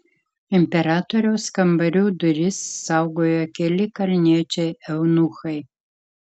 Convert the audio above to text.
imperatoriaus kambarių duris saugojo keli kalniečiai eunuchai